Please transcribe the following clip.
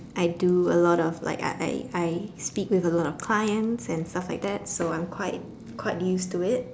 I do a lot of like I I speak with a lot of clients and stuff like that so I'm quite quite used to it